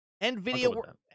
nvidia